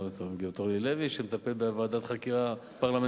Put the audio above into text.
אני רואה את חברת הכנסת אורלי לוי שמטפלת בוועדת החקירה הפרלמנטרית.